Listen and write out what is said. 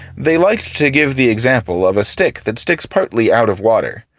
they liked to give the example of a stick that sticks partly out of water.